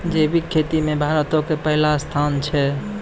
जैविक खेती मे भारतो के पहिला स्थान छै